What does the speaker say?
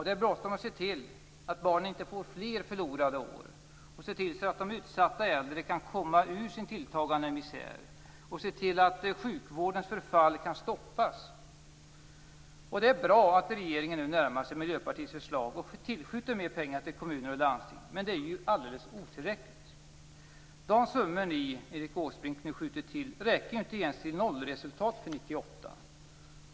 Det är bråttom att se till att barnen inte får fler förlorade år, att se till att de utsatta äldre kan komma ur sin tilltagande misär och att se till att sjukvårdens förfall kan stoppas. Det är bra att regeringen nu närmar sig Miljöpartiets förslag och tillskjuter mera pengar till kommuner och landsting, men det är alldeles otillräckligt. De summor, Erik Åsbrink, som ni nu skjuter till räcker inte ens för att nå nollresultat för 1998.